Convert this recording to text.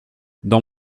dans